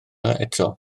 eto